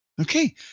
Okay